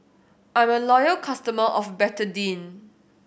I'm a loyal customer of Betadine